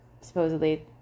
supposedly